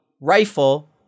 rifle